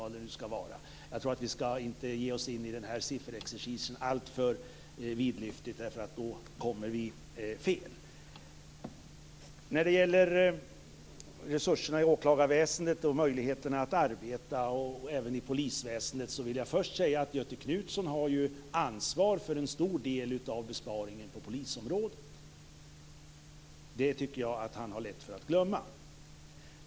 Jag tror inte att vi skall ge oss in i den här sifferexercisen alltför vidlyftigt. Då kommer vi fel. När det gäller resurserna i åklagarväsendet, och även i polisväsendet, och möjligheterna att arbeta där vill jag först säga att Göthe Knutson har ju ansvar för en stor del av besparingarna på polisområdet. Det tycker jag att han har lätt för att glömma.